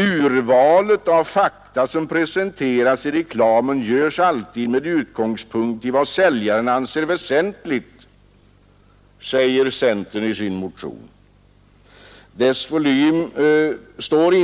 ”Urvalet av fakta som presenteras i reklamen görs alltid med utgångspunkt i vad säljaren anser väsentligt”, säger centerpartiet i sin motion. Dess volym står